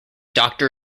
doctor